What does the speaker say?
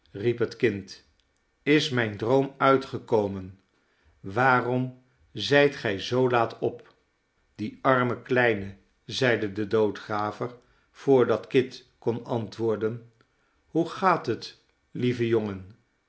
riep het kind is mijn droom uitgekomen waarom zijt gij zoo laat op die arme kleine zeide de doodgraver voordat kit kon antwoorden hoe gaat het lieve jongen